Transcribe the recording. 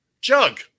jug